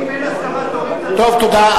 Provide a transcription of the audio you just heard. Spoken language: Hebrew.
אם אין הסכמת הורים, תודה.